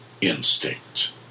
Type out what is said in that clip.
instinct